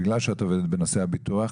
בגלל שאת עובדת בנושא הביטוח,